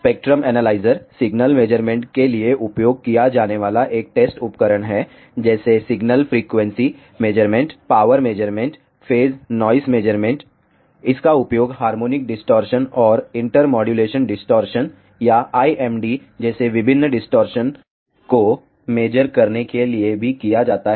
spectrum analyser signal measurement के लिए उपयोग किया जाने वाला एक टेस्ट उपकरण है जैसे signal frequency measurement power measurement phase noise measurement इसका उपयोग हार्मोनिक डिस्टॉर्शन और इंटर मॉड्यूलेशन डिस्टॉर्शन या IMD जैसे विभिन्न डिस्टॉर्शन को मेज़र करने के लिए भी किया जाता है